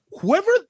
whoever